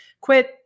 quit